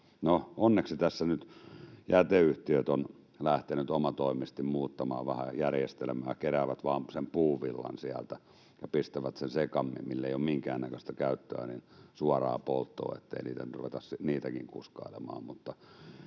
onneksi tässä nyt jäteyhtiöt ovat lähteneet omatoimisesti muuttamaan vähän järjestelmää: keräävät vain sen puuvillan sieltä ja pistävät sen sekalaisen, millä ei ole minkäännäköistä käyttöä, suoraan polttoon, niin ettei nyt ruveta niitäkin kuskailemaan.